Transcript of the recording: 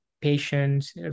patient's